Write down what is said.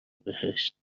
بهشت